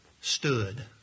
stood